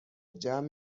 جمع